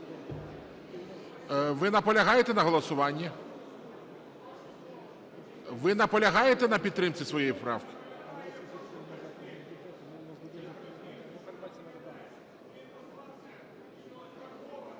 Ви наполягаєте на голосуванні? Ви наполягаєте на підтримці своєї правки?